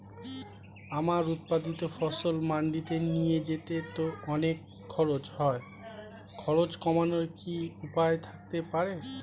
আমার উৎপাদিত ফসল মান্ডিতে নিয়ে যেতে তো অনেক খরচ হয় খরচ কমানোর কি উপায় থাকতে পারে?